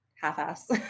half-ass